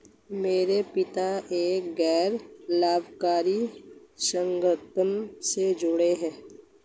मेरे पिता एक गैर लाभकारी संगठन से जुड़े हैं